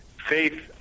faith